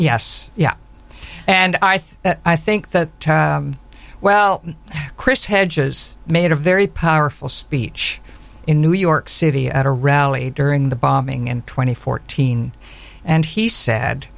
yes yeah and i think i think that well chris hedges made a very powerful speech in new york city at a rally during the bombing and twenty fourteen and he said